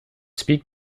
speak